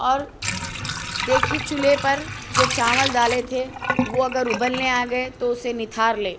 اور دیکھیے چولہے پر جو چاول ڈالے تھے وہ اگر ابلنے آ گیے تو اسے نتھار لے